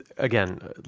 Again